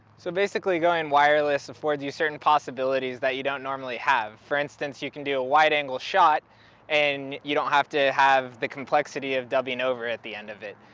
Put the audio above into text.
so basically going wireless affords you certain possibilities that you don't normally have. for instance you can do a wide-angle shot and you don't have to have the complexity of dubbing over at the end of it.